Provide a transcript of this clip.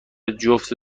جفت